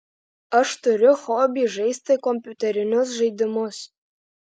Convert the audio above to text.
aš turiu hobį žaisti kompiuterinius žaidimus